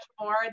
more